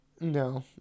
No